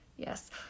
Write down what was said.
Yes